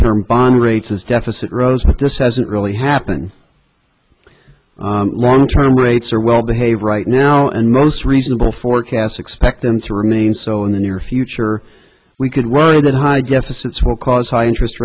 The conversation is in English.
term bond rates as deficit rose but this hasn't really happened long term rates are well behaved right now and most reasonable forecasts expect them to remain so in the near future we could worry that high deficits will cause high interest